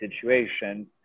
situation